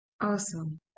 Awesome